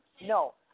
No